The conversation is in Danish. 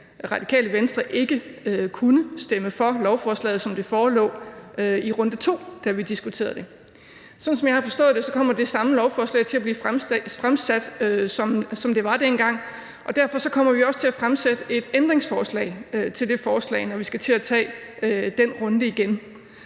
Radikale Venstre ikke kunne stemme for lovforslaget, som det forelå i runde to, da vi diskuterede det. Sådan som jeg har forstået det, kommer det samme lovforslag til at blive fremsat, som det var dengang, og derfor kommer vi også til at stille et ændringsforslag til det forslag, når vi skal til at tage den runde igen.